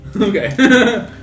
Okay